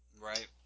Right